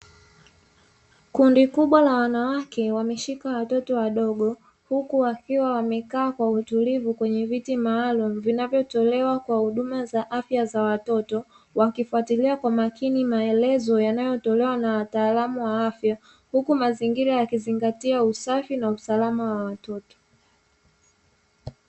Kundi kubwa la wanawake wameshika watoto wadogo huku wakiwa wamekaa kwa utulivu kwenye viti maalumu, vinavyotolewa kwa huduma za afya za watoto. Wakifatilia kwa makini maelezo yanayotolewa na wataalamu wa afya huku mazingira yakizingatia usafi na usalama wa watoto.